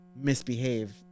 misbehave